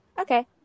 Okay